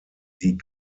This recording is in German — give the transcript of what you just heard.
die